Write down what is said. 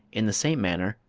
in the same manner,